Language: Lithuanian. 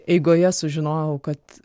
eigoje sužinojau kad